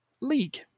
League